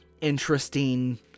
interesting